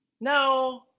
No